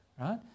right